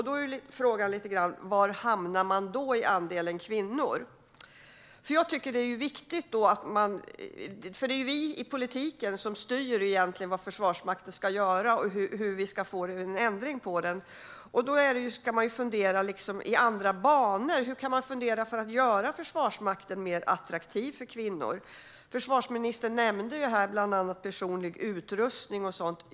Då är frågan: Var hamnar man då när det gäller andelen kvinnor? Det är vi i politiken som egentligen styr vad Försvarsmakten ska göra och hur vi ska få en ändring. Man kan fundera i andra banor när det gäller vad man kan göra för att göra Försvarsmakten mer attraktiv för kvinnor. Försvarsministern nämnde här bland annat personlig utrustning och sådant.